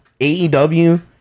AEW